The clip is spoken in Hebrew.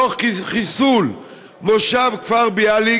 תוך חיסול מושב כפר ביאליק,